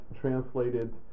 translated